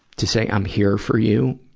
to say i'm here for you,